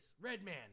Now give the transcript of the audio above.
Redman